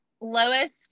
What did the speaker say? lowest